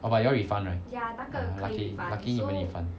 orh but you all refund right mm lucky lucky 你们 refund